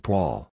Paul